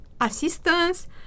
assistance